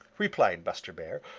replied buster bear.